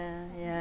ah yeah